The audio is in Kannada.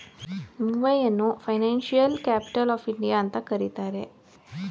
ಮುಂಬೈಯನ್ನು ಫೈನಾನ್ಸಿಯಲ್ ಕ್ಯಾಪಿಟಲ್ ಆಫ್ ಇಂಡಿಯಾ ಅಂತ ಕರಿತರೆ